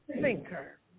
thinker